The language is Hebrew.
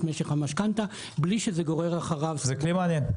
משך המשכנתא בלי שזה קורר אחריו --- זה כלי מעניין.